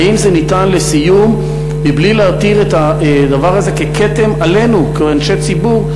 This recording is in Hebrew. האם זה ניתן לסיום מבלי להותיר את הדבר הזה ככתם עלינו כאנשי ציבור,